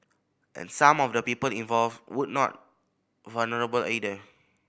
and some of the people involved would not vulnerable either